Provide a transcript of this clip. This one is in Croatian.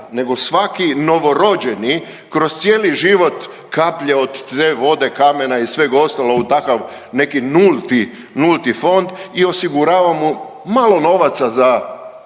nego svaki novorođeni kroz cijeli život kaplje od te vode, kamena i sveg ostalog u takav neki nulti fond i osigurava mu malo novaca za